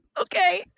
okay